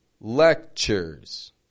Lectures